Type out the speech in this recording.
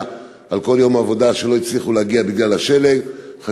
לעבודה בגלל השלג על כל יום עבודה,